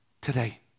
today